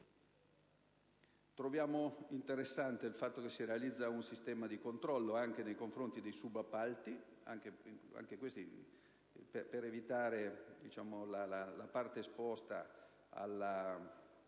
Troviamo interessante il fatto che si realizzi un sistema di controllo anche nei confronti dei subappalti, per evitare la parte esposta a